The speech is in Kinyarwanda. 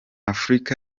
afrika